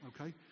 okay